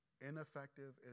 ineffective